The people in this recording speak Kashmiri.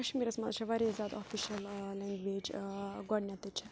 کَشمیٖرَس مَنٛز چھےٚ واریاہ زیادٕ آفِشَل لینٛگویج گۄڈٕنیتھٕے چھِ